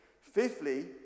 Fifthly